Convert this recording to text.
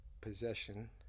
Possession